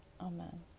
Amen